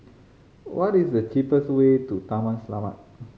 what is the cheapest way to Taman Selamat